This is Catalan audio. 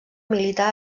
milità